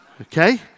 Okay